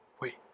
Wait